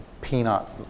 peanut